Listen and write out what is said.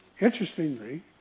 Interestingly